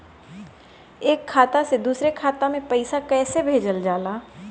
एक खाता से दुसरे खाता मे पैसा कैसे भेजल जाला?